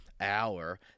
hour